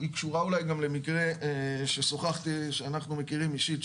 והיא קשורה אולי גם למקרה ששוחחתי אנחנו מכירים אישית,